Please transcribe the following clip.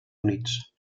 units